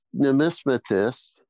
numismatists